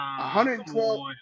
112